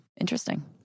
interesting